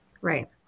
right